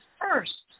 first